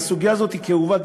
הסוגיה הזאת היא כאובה,